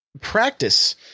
practice